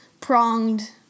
pronged